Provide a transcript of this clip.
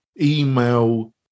email